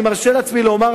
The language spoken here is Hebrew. אני מרשה לעצמי לומר,